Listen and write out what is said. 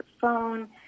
phone